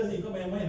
ada